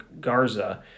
Garza